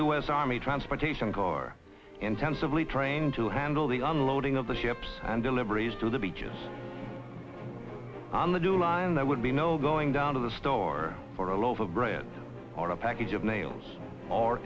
s army transportation car intensively trained to handle the unloading of the ships and deliveries to the beaches on the new line that would be no going down to the store for a loaf of bread or a package of nails or